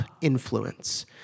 influence